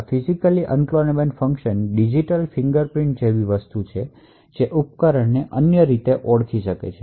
આ ફિજિકલરૂપે unclonable function digital ફિંગરપ્રિન્ટ્સજેવી વસ્તુ છે જે ઉપકરણને અનન્ય રૂપે ઓળખી શકે છે